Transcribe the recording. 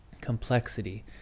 complexity